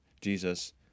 Jesus